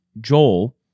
Joel